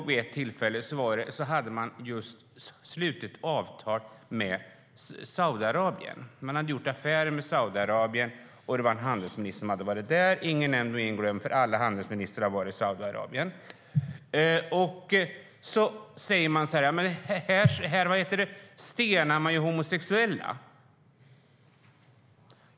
Vid ett tillfälle kommer jag ihåg att man hade slutit avtal med Saudiarabien. Man hade gjort affärer med Saudiarabien, och det var en handelsminister som hade varit där - ingen nämnd och ingen glömd, för alla handelsministrar har varit i Saudiarabien. Då sa man: Här stenar man homosexuella!